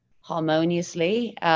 harmoniously